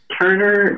Turner